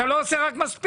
אתה לא עושה רק מספיק.